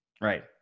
Right